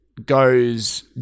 Goes